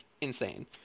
insane